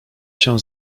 się